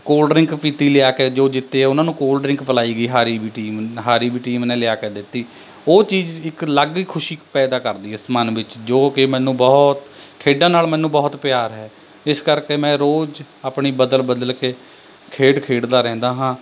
cold drink ਪੀਤੀ ਲਿਆ ਕੇ ਜੋ ਜਿੱਤੇ ਉਹਨਾਂ ਨੂੰ ਕੋਲਡਰਿੰਕ ਪਿਲਾਈ ਗਈ ਹਾਰੀ ਵੀ ਟੀਮ ਹਾਰੀ ਵੀ ਟੀਮ ਨੇ ਲਿਆ ਕੇ ਦਿੱਤੀ ਉਹ ਚੀਜ ਇੱਕ ਅਲੱਗ ਹੀ ਖੁਸ਼ੀ ਪੈਦਾ ਕਰਦੀ ਹੈ ਮਨ ਵਿੱਚ ਜੋ ਕਿ ਮੈਨੂੰ ਬਹੁਤ ਖੇਡਾਂ ਨਾਲ਼ ਮੈਨੂੰ ਬਹੁਤ ਪਿਆਰ ਹੈ ਇਸ ਕਰਕੇ ਮੈਂ ਰੋਜ ਆਪਣੀ ਬਦਲ ਬਦਲ ਕੇ ਖੇਡ ਖੇਡਦਾ ਰਹਿੰਦਾ ਹਾਂ